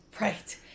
Right